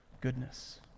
goodness